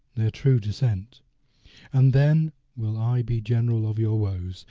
their true descent and then will i be general of your woes,